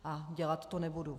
A dělat to nebudu.